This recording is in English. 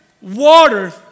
water